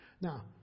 Now